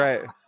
right